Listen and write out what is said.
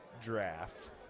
draft